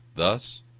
thus,